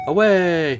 Away